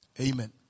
amen